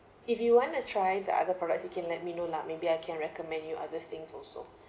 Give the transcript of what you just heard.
if you wanna try the other products you can let me know lah maybe I can recommend you other things also